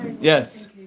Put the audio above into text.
Yes